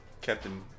Captain